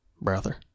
brother